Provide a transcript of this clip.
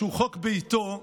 שהוא חוק בעיתו,